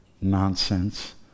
nonsense